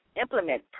implement